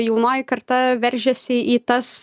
jaunoji karta veržiasi į tas